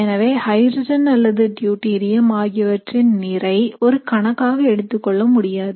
எனவே ஹைட்ரஜன் அல்லது டியூடெரியம் ஆகியவற்றின் நிறையை ஒரு கணக்காக எடுத்துக்கொள்ள முடியாது